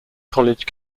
college